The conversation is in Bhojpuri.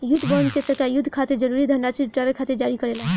युद्ध बॉन्ड के सरकार युद्ध खातिर जरूरी धनराशि जुटावे खातिर जारी करेला